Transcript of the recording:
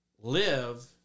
live